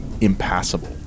impassable